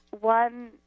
one